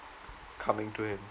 coming to him